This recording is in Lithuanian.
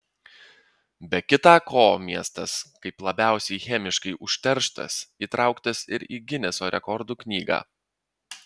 be kitą ko miestas kaip labiausiai chemiškai užterštas įtraukas ir į gineso rekordų knygą